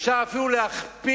אפשר אפילו להכפיל,